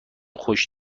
خوش